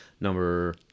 number